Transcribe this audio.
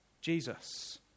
Jesus